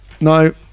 no